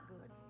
good